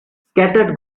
scattered